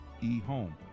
e-home